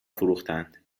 فروختند